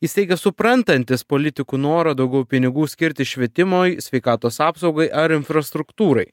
jis teigia suprantantis politikų norą daugiau pinigų skirti švietimui sveikatos apsaugai ar infrastruktūrai